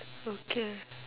okay